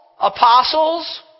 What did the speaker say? apostles